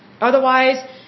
Otherwise